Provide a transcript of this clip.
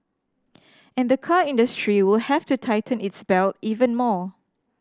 and the car industry will have to tighten its belt even more